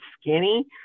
skinny